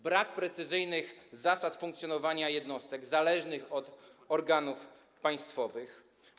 Brak precyzyjnych zasad funkcjonowania jednostek zależnych od organów państwowych.